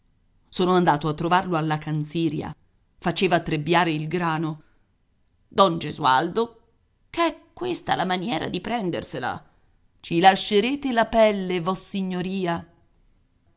sono andato a trovarlo alla canziria faceva trebbiare il grano don gesualdo ch'è questa la maniera di prendersela ci lascerete la pelle vossignoria